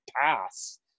pass